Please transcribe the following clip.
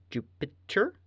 Jupiter